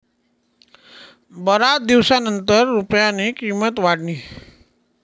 बराच दिवसनंतर रुपयानी किंमत वाढनी